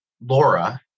Laura